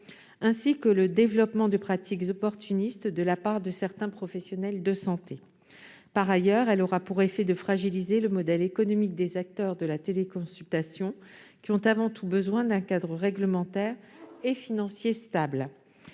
ainsi que le développement de pratiques opportunistes de la part de certains professionnels de santé. Par ailleurs, elle aura pour effet de fragiliser le modèle économique des acteurs de la téléconsultation, qui ont avant tout besoin d'un cadre réglementaire et financier stable.